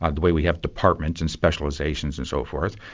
ah the way we have departments and specialisations and so forth,